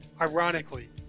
ironically